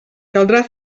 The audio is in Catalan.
caldrà